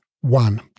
One